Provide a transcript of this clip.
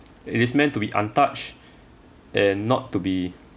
it is meant to be untouched and not to be